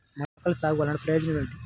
మొలకల సాగు వలన ప్రయోజనం ఏమిటీ?